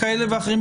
כאלה ואחרים,